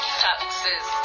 taxes